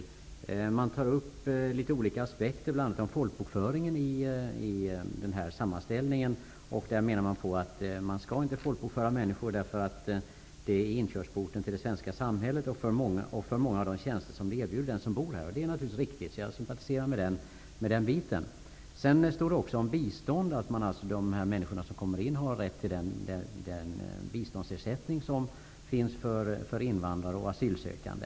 I sammanställningen tar man upp några olika aspekter bl.a. rörande folkbokföringen. Man menar att människor som kommer hit inte skall folkbokföras, eftersom folkbokföringen är inkörsporten till det svenska samhället och kopplat till många av de tjänster som erbjuds dem som bor här. Det är naturligtvis riktigt, så jag sympatiserar med den uppfattningen. I sammanställningen talas det också om att de människor som kommer hit har rätt till den biståndsersättning som finns för invandrare och asylsökande.